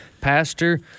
Pastor